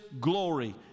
glory